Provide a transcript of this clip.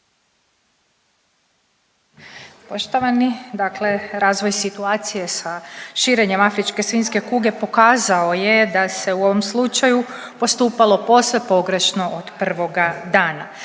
Poštovani. Dakle razvoj situacije sa širenjem afričke svinjske kuge pokazao je da se u ovom slučaju postupalo posve pogrešno od prvoga dana.